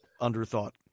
underthought